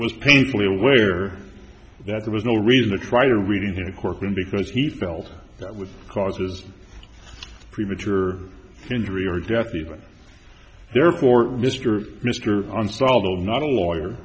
was painfully aware that there was no reason to try to read in a courtroom because he felt that was causes premature injury or death even there for mr mr ansal the i'm not a lawyer